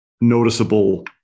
noticeable